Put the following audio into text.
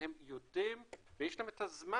ושהם יודעים ויש להם את הזמן